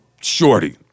Shorty